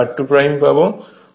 অর্থাৎ এটি সমীকরণ 41